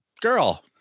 girl